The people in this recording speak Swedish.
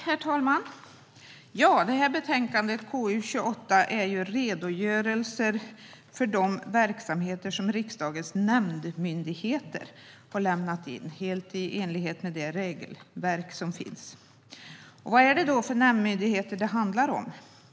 Herr talman! Betänkande KU28 behandlar de redogörelser för verksamheten som riksdagens nämndmyndigheter har lämnat in, helt i enlighet med det regelverk som finns. Vilka nämndmyndigheter handlar det om?